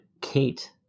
kate